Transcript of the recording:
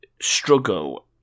struggle